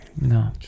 no